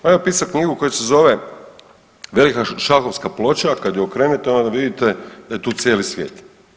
On je napisao knjigu koja se zove „Velika šahovska ploča“, a kad je okrenete onda vidite da je tu cijeli svijet.